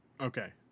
okay